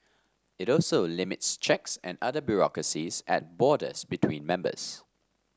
it also limits checks and other bureaucracies at borders between members